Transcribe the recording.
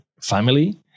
family